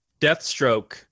Deathstroke